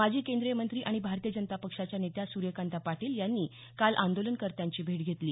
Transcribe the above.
माजी केंद्रीय मंत्री आणि भारतीय जनता पक्षाच्या नेत्या सुर्यकांता पाटील यांनी काल आंदोलनकत्यांची भेट घेतली